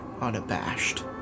unabashed